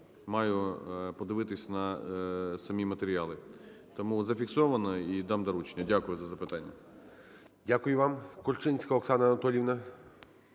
маю подивитись на самі матеріали. Тому зафіксовано, і дам доручення. Дякую за запитання. ГОЛОВУЮЧИЙ. Дякую вам. КорчинськаОксана Анатоліївна.